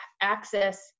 access